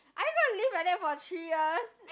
are you gonna live like that for three years